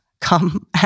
come